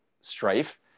strife